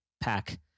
pack